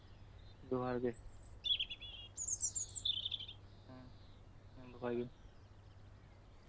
ᱡᱚᱦᱟᱨᱜᱮ ᱦᱮᱸ ᱫᱚᱦᱚᱭ ᱵᱤᱱ